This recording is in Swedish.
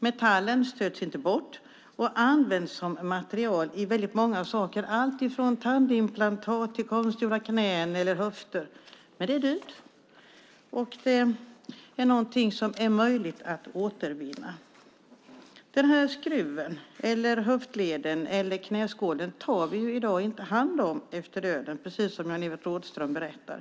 Metallen stöts inte bort och används som material i väldigt många saker, alltifrån tandimplantat till konstgjorda knän eller höfter. Men det är dyrt, och det är någonting som är möjligt att återvinna. Den här skruven, höftleden eller knäskålen tar vi i dag inte hand om efter döden, precis som Jan-Evert Rådhström berättar.